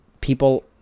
people